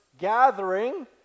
gathering